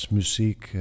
muziek